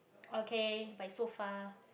okay but it's so far